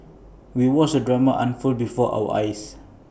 we watched the drama unfold before our eyes